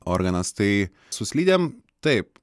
organas tai su slidėm taip